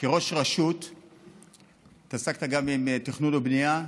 כראש רשות התעסקת גם בתכנון ובנייה,